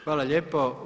Hvala lijepo.